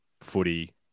footy